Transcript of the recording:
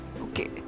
okay